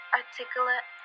articulate